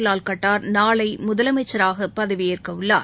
லால் கட்டார் நாளை முதலமைச்சராக பதவியேற்க உள்ளார்